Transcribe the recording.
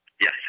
Yes